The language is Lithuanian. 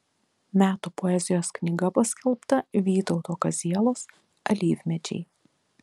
metų poezijos knyga paskelbta vytauto kazielos alyvmedžiai